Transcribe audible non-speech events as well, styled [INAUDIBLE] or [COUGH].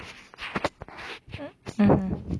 [NOISE] mmhmm